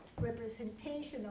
representation